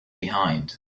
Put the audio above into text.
behind